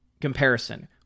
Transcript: comparison